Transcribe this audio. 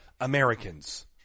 Americans